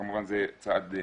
זה כמובן צעד מבורך.